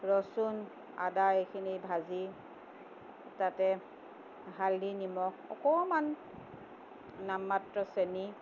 ৰচুন আদা এইখিনি ভাজি তাতে হালধি নিমখ অকণমান নাম মাত্ৰ চেনি